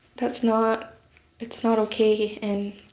that's not it's not okay and